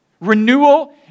Renewal